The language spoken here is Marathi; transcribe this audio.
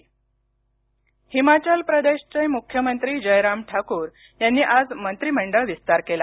हिमाचल प्रदेश हिमाचल प्रदेशचे मुख्यमंत्री जयराम ठाकूर यांनी आज मंत्रीमंडळ विस्तार केला